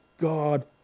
God